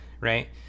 right